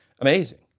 amazing